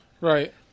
Right